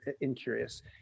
incurious